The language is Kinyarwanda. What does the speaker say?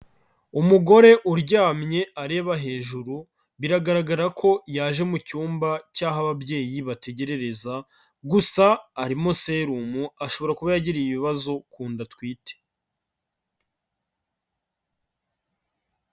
Umugore uryamye areba hejuru, biragaragara ko yaje mu cyumba cy'aho ababyeyi bategerereza, gusa arimo serumu, ashobora kuba yagiriye ibibazo ku nda atwite.